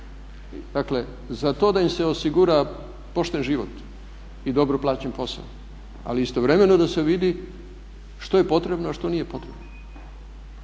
Dakle za to da im se osigura pošten život i dobro plaćen posao. Ali istovremeno da se vidi što je potrebno a što nije potrebno